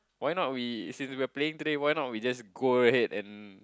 why not we since we are playing today why not we just go ahead and